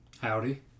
Howdy